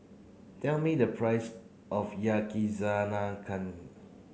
tell me the price of Yakizakana